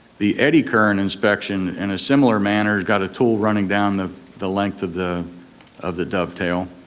the eddy current inspection, in a similar manner, has got a tool running down the the length of the of the dovetail,